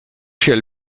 shall